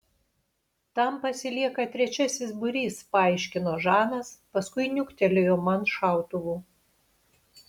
tam pasilieka trečiasis būrys paaiškino žanas paskui niuktelėjo man šautuvu